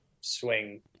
swing